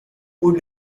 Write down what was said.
would